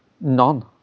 None